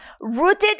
rooted